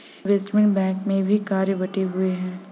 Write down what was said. investment bank में भी कार्य बंटे हुए हैं